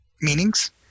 meanings